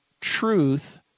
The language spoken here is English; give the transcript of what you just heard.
truth